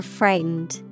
frightened